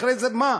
אחרי זה מה?